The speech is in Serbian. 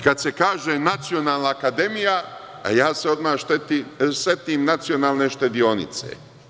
Kada se kaže Nacionalna akademija, odmah se setim Nacionalne štedionice.